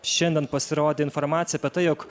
šiandien pasirodė informacija apie tai jog